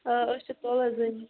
آ أسۍ چھِ تُلان زٔمیٖن